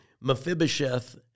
Mephibosheth